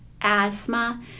asthma